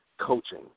coaching